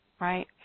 right